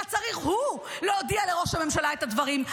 היה צריך הוא להודיע לראש הממשלה את הדברים.